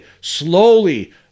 slowly